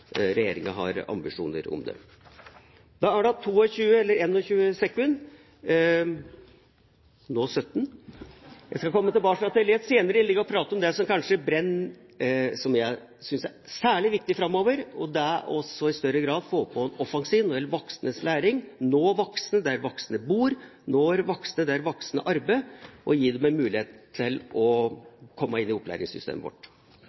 regjeringa har ambisjoner om det. Da er det igjen 22, eller 21 sekunder – nå 17. Jeg skal komme tilbake til i et senere innlegg og prate om det som jeg synes er særlig viktig framover, og det er i større grad å få til en offensiv når det gjelder voksnes læring – å nå voksne der voksne bor, nå voksne der voksne arbeider, og gi dem en mulighet til å komme inn i opplæringssystemet vårt.